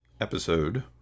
episode